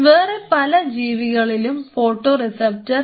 വേറെ പല ജീവികളിലും ഫോട്ടോറിസപ്റ്റർ ഉണ്ട്